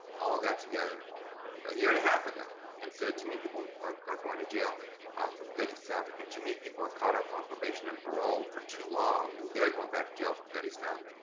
all got together a year and a half ago and said too many are are going to jail ah for petty stuff and too many people are caught up on probation and parole for too long and they're going back to jail for petty stuff,